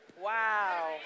Wow